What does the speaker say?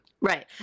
Right